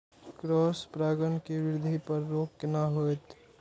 Cross परागण के वृद्धि पर रोक केना होयत?